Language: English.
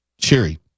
cheery